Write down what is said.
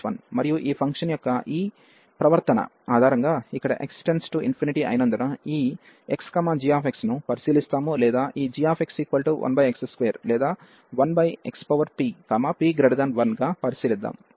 మరియు ఈ ఫంక్షన్ యొక్క ఈ ప్రవర్తన ఆధారంగా ఇక్కడ x→∞ అయినందున ఈ x g ను పరిశీలిస్తాము లేదా ఈ gx1x2 లేదా 1xpp1 గా పరిశీలిద్దాం